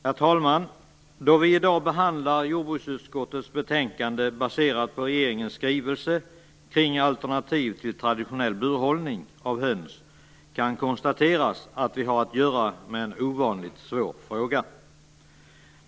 Herr talman! Då vi i dag behandlar jordbruksutskottets betänkande baserat på regeringens skrivelse om alternativ till traditionell burhållning av höns har vi att göra med en ovanligt svår fråga.